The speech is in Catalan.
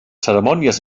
cerimònies